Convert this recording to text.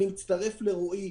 אני מצטרף לרועי,